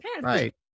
Right